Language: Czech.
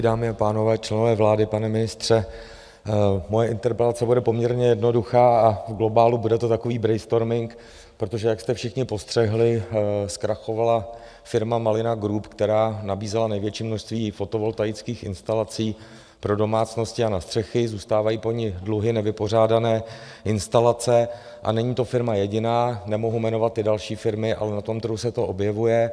Dámy a pánové, členové vlády, pane ministře, moje interpelace bude poměrně jednoduchá a v globálu bude to takový brainstorming, protože jak jste všichni postřehli, zkrachovala firma Malina Group, která nabízela největší množství fotovoltaických instalací pro domácnosti a na střechy, zůstávají po ní dluhy, nevypořádané instalace, a není to firma jediná, nemohu jmenovat další firmy, ale na tom trhu se to objevuje.